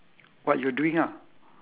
what you doing ah